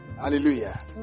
hallelujah